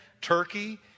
Turkey